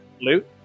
Loot